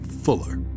Fuller